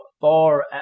far